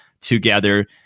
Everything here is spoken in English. together